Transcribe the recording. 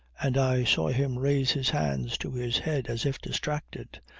and i saw him raise his hands to his head as if distracted.